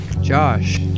Josh